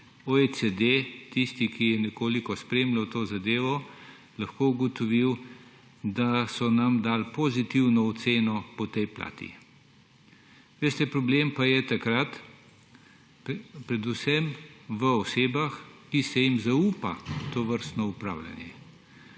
OECD, tisti, ki je nekoliko spremljal to zadevo, je lahko ugotovil, da so nam dali pozitivno oceno po tej plati. Veste, problem pa je predvsem v osebah, ki se jim zaupa tovrstno upravljanje.